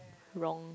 wrong